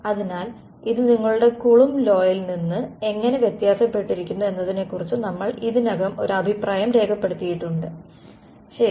അതിനാൽ ഇത് നിങ്ങളുടെ കൊളംബ്സ് ലോയിൽ നിന്ന് എങ്ങനെ വ്യത്യാസപ്പെട്ടിരിക്കുന്നു എന്നതിനെക്കുറിച്ച് നമ്മൾ ഇതിനകം ഒരു അഭിപ്രായം രേഖപ്പെടുത്തിയിട്ടുണ്ട് ശരി